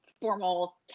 formal